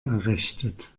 errichtet